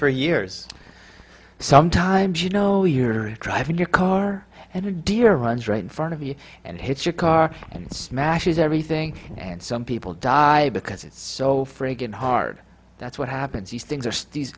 for years sometimes you know you're driving your car and deer runs right in front of you and hits your car and smashes everything and some people die because it's so friggin hard that's what happens these things are